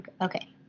Okay